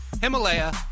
Himalaya